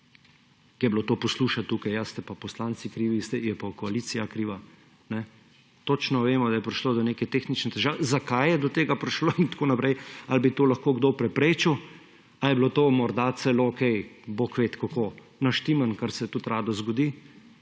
Ker je bilo to slušati tukaj, ja, ste pa poslanci krivi, je pa koalicija kriva. Točno vemo, da je prišlo do neke tehnične težave, zakaj je do tega prišlo in tako naprej, ali bi to lahko kdo preprečil ali je bilo to morda celo bog vedi kako naštimano − kar se tudi rado zgodi